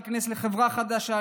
להיכנס לחברה חדשה,